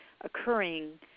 occurring